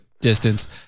distance